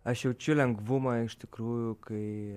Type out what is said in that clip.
aš jaučiu lengvumą iš tikrųjų kai